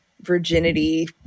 virginity